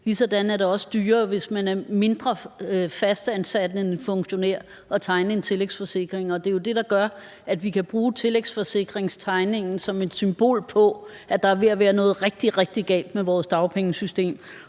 Ligesådan er det også dyrere, hvis man er mindre fastansat end en funktionær, at tegne en tillægsforsikring, og det er jo det, der gør, at vi kan bruge tillægsforsikringstegningen som et symbol på, at der er ved at være noget rigtig, rigtig galt med vores dagpengesystem.